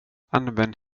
använd